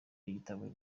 igitabo